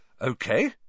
Okay